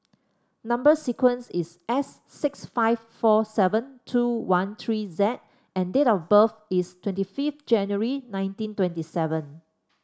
number sequence is S six five four seven two one three Z and date of birth is twenty fifth January nineteen twenty seven